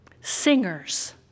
Singers